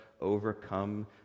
overcome